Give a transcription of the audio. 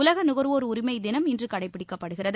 உலக நுகர்வோர் உரிமை தினம் இன்று கடைப்பிடிக்கப்படுகிறது